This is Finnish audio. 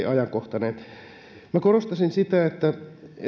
ajankohtainen minä korostaisin sitä että